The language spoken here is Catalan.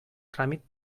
tràmit